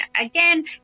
again